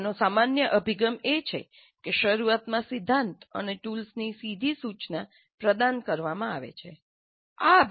આનો સામાન્ય અભિગમ એ છે કે શરૂઆતમાં સિદ્ધાંત અને ટૂલ્સની સીધી સૂચના પ્રદાન કરવામાં આવે છે જેમ કે મેં કહ્યું છે